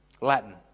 Latin